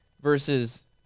versus